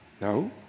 No